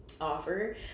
offer